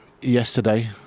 yesterday